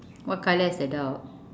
what colour is the dog